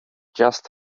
just